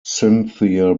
cynthia